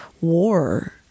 war